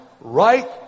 right